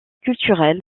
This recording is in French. culturels